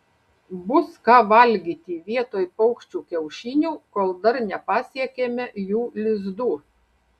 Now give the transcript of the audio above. bus ką valgyti vietoj paukščių kiaušinių kol dar nepasiekėme jų lizdų